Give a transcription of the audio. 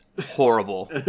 horrible